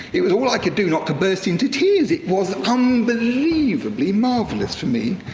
it was all i could do not to burst into tears. it was unbelievably marvelous for me.